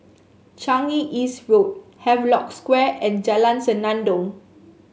Changi East Road Havelock Square and Jalan Senandong